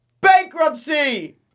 bankruptcy